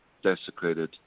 desecrated